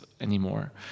anymore